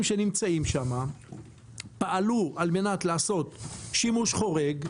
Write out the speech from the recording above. שנמצאים שם פעלו על מנת לעשות שימוש חורג,